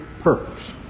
purpose